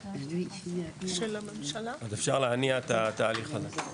כן, אז אפשר להניע את התהליך הזה.